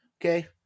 Okay